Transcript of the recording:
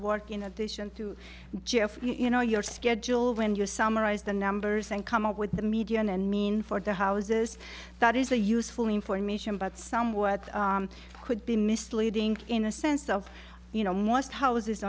work in addition to jeff you know your schedule when you summarize the numbers and come up with the median and mean for the houses that is a useful information but somewhat could be misleading in a sense of you know most houses